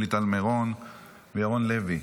שלי טל מירון וירון לוי,